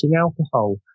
alcohol